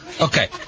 Okay